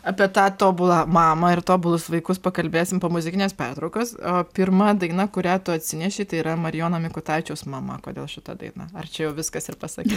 apie tą tobulą mamą ir tobulus vaikus pakalbėsim po muzikinės pertraukos o pirma daina kurią tu atsinešei tai yra marijono mikutavičiaus mama kodėl šita daina ar čia jau viskas ir pasakyta